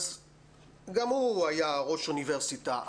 גם הוא היה ראש אוניברסיטה,